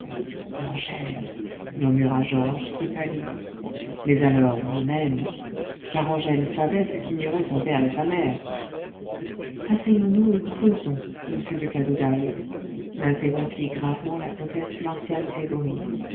angèle murmura georges qui pâlit mais alors moi-même car angèle savait ce qu'ignoraient son père et sa mère asseyons nous et causons monsieur de cadoudal l'interrompit gravement la comtesse marcian gregoryi